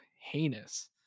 heinous